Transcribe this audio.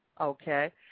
Okay